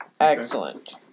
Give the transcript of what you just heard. Excellent